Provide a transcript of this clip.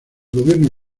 gobierno